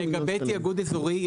לגבי תיאגוד אזורי,